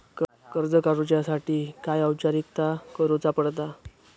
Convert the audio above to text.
कर्ज काडुच्यासाठी काय औपचारिकता करुचा पडता?